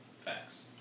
Facts